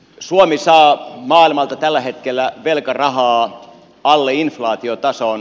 suomi saa maailmalta tällä hetkellä velkarahaa alle inflaatiotason